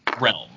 realm